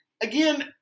Again